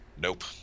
nope